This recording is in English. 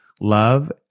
Love